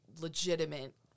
legitimate